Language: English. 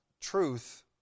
truth